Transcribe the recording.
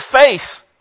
face